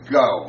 go